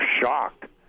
shocked